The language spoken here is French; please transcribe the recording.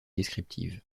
descriptive